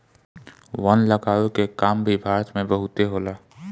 वन लगावे के काम भी भारत में बहुते होला